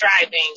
driving